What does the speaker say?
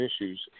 issues